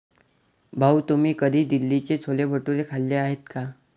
भाऊ, तुम्ही कधी दिल्लीचे छोले भटुरे खाल्ले आहेत का?